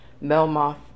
Melmoth